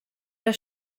der